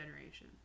generation